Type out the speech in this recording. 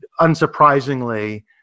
unsurprisingly